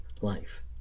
life